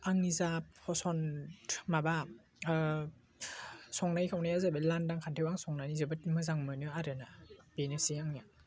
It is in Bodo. आंनि जा फसन्ट माबा संनाय खावनाया जाबाय लांदां खान्दायाव आं संनानै जोबोद मोजां मोनो आरो ना बेनोसै आंनिया